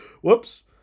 whoops